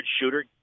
shooter